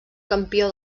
campió